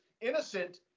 innocent